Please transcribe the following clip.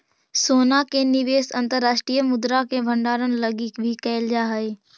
सोना के निवेश अंतर्राष्ट्रीय मुद्रा के भंडारण लगी भी कैल जा हई